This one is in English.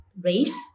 race